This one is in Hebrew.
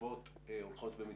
והתשובות הולכות ומצטמצמות.